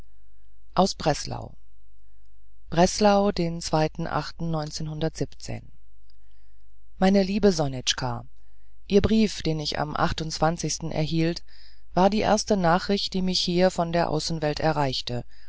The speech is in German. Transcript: aus breslau breslau den meine liebe sonitschka ihr brief den ich am erhielt war die erste nachricht die mich hier von der außenwelt erreichte